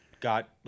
got